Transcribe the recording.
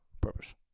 Purpose